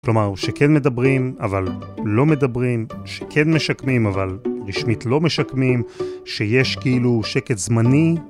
כלומר שכן מדברים, אבל לא מדברים, שכן משקמים, אבל רשמית לא משקמים, שיש כאילו שקט זמני.